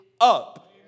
up